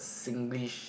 Singlish